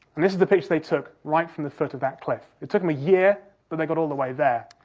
and this is the picture they took, right from the foot of that cliff. it took them a year, but they got all the way there.